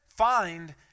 find